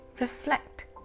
reflect